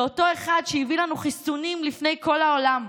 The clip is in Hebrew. לאותו אחד שהביא לנו חיסונים לפני כל העולם,